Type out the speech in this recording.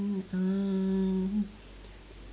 um